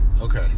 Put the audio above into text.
okay